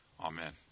Amen